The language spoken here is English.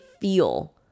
feel